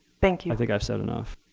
thank you. i think i've said enough.